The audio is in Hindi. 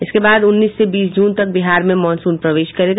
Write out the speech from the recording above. इसके बाद ही उन्नीस से बीस जून तक बिहार में मॉनसून प्रवेश करेगा